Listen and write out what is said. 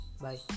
Bye